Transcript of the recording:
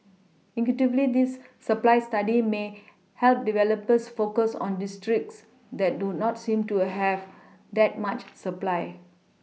intuitively this supply study may help developers focus on districts that do not seem to have that much supply